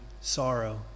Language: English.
sorrow